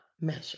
measure